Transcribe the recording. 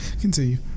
Continue